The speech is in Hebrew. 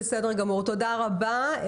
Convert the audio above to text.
בסדר גמור, תודה רבה.